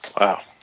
Wow